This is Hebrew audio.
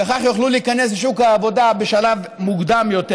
וכך יוכלו להיכנס לשוק העבודה בשלב מוקדם יותר.